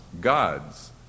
God's